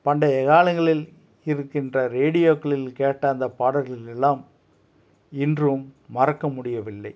பண்டைய காலங்களில் இருக்கின்ற ரேடியோக்களில் கேட்ட அந்த பாடல்கள் எல்லாம் இன்றும் மறக்க முடியவில்லை